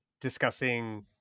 discussing